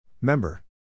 Member